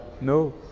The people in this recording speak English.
no